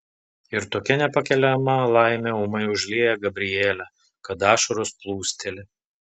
ir tokia nepakeliama laimė ūmai užlieja gabrielę kad ašaros plūsteli